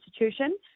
institution